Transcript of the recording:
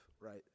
right